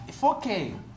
4K